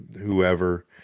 whoever